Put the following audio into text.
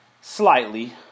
Slightly